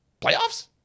Playoffs